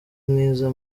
mwiza